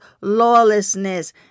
lawlessness